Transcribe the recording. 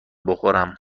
بخورم